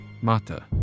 Mata